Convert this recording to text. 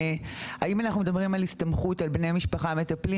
אם אנחנו מדברים על הסתמכות על בני משפחה מטפלים